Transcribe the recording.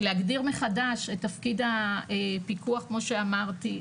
להגדיר מחדש את תפקיד הפיקוח כמו שאמרתי,